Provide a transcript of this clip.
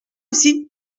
aussi